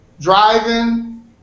driving